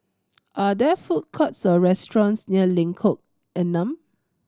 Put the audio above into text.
are there food courts or restaurants near Lengkok Enam